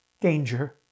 danger